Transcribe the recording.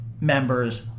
members